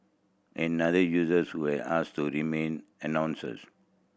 another users who has asked to remain announcers